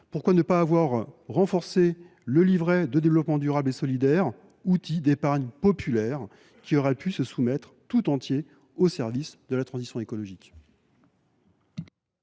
Pourquoi ne pas avoir renforcé le livret de développement durable et solidaire (LDDS), outil d’épargne populaire que l’on pourrait mettre tout entier au service de la transition écologique ?